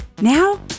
now